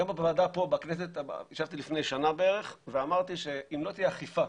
גם בוועדה פה בכנסת ישבתי לפני שנה בערך ואמרתי שאם לא תהיה אכיפה